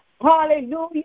hallelujah